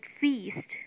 feast